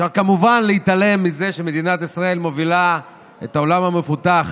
אפשר כמובן להתעלם מזה שמדינת ישראל מובילה את העולם המפותח